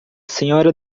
senhora